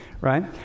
right